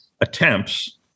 attempts